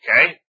Okay